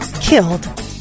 killed